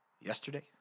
yesterday